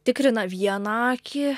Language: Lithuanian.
tikrina vieną akį